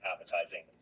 appetizing